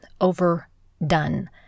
overdone